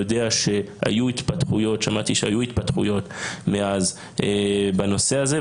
שמעתי שהיו התפתחויות מאז בנושא הזה,